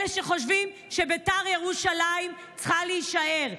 אלה שחושבים שבית"ר ירושלים צריכה להישאר.